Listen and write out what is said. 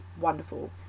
Wonderful